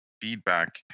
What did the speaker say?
feedback